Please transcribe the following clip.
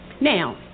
Now